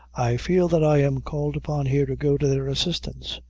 i feel that i am called upon here to go to their assistance,